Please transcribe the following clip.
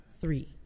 three